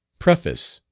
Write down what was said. preface,